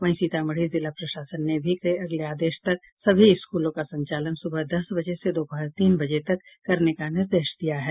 वहीं सीतामढ़ी जिला प्रशासन ने अगले आदेश तक सभी स्कूलों का संचालन सुबह दस बजे से दोपहर तीन बजे तक करने का निर्देश दिया है